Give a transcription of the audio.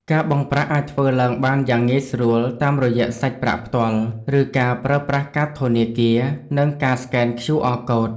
ការបង់ប្រាក់អាចធ្វើឡើងបានយ៉ាងងាយស្រួល តាមរយៈសាច់ប្រាក់ផ្ទាល់ ឬការប្រើប្រាស់កាតធនាគារ និងការស្កេន ឃ្យូអរ កូដ។